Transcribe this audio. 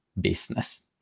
business